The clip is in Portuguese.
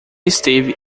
esteve